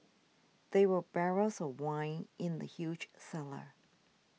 there were barrels of wine in the huge cellar